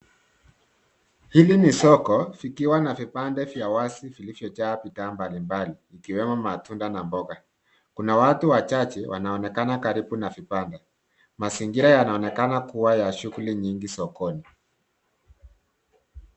Hili ni soko likiwa na vipande vya wazi vilivyojaa bidhaa mbali mbali, ikiwemo matunda na mboga. Kuna watu wachache wanaonekana karibu na vibanda. Mazingira yanaonekana kua ya shughuli nyingi sokoni.